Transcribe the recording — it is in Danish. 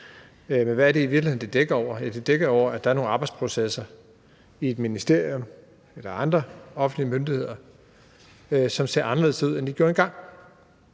hvad er det i virkeligheden, det dækker over? Det dækker jo over, at der er nogle arbejdsprocesser i et ministerium eller hos andre offentlige myndigheder, som ser anderledes ud, end de gjorde engang.